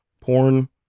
porn